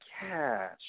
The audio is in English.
cash